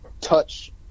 touch